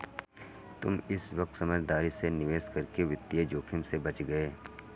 तुम इस वक्त समझदारी से निवेश करके वित्तीय जोखिम से बच गए